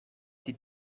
die